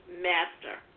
master